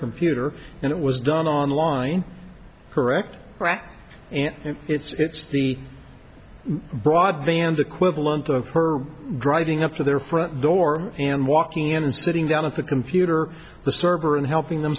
computer and it was done online correct correct and if it's the broadband the quick the length of her driving up to their front door and walking in and sitting down at the computer the server and helping them